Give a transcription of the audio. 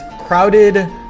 crowded